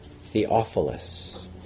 Theophilus